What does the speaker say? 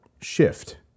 shift